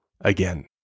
again